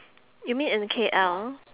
you mean in K_L